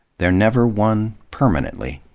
they're never won permanently,